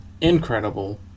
incredible